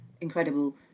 incredible